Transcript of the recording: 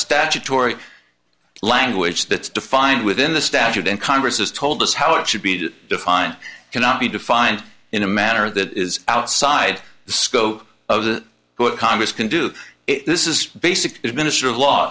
statutory language that's defined within the statute and congress has told us how it should be to define cannot be defined in a manner that is outside the scope of the what congress can do it this is basic administer of law